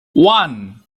one